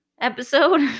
episode